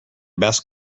best